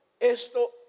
Esto